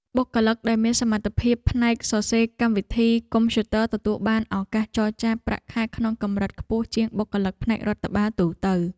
បុគ្គលិកដែលមានសមត្ថភាពផ្នែកសរសេរកម្មវិធីកុំព្យូទ័រទទួលបានឱកាសចរចាប្រាក់ខែក្នុងកម្រិតខ្ពស់ជាងបុគ្គលិកផ្នែករដ្ឋបាលទូទៅ។